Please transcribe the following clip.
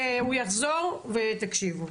הוא יחזור ותקשיבו.